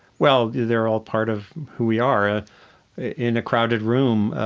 well, they're all part of who we are. ah in a crowded room,